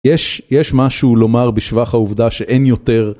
יש משהו לומר בשבח העובדה שאין יותר.